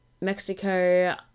Mexico